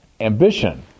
ambition